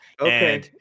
okay